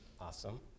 awesome